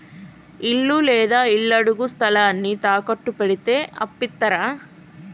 ఇల్లు లేదా ఇళ్లడుగు స్థలాన్ని తాకట్టు పెడితే అప్పు ఇత్తరా?